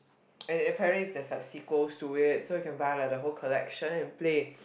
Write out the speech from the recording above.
and apparently there's like sequels to it so you can buy like the whole collection and play